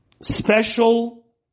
special